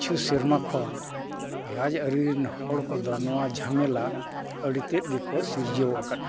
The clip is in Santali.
ᱠᱤᱪᱷᱩ ᱥᱮᱨᱢᱟ ᱠᱷᱚᱱ ᱨᱟᱡᱽ ᱟᱹᱨᱤ ᱨᱮᱱ ᱦᱚᱲ ᱠᱚᱫᱚ ᱱᱚᱣᱟ ᱡᱷᱟᱢᱮᱞᱟ ᱟᱹᱰᱤ ᱛᱮᱫ ᱜᱮᱠᱚ ᱥᱤᱨᱡᱟᱹᱣ ᱟᱠᱟᱫᱟ